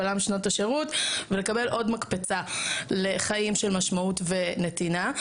לעולם שנות השירות ולקבל עוד מקפצה לחיים של משמעות ונתינה.